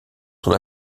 son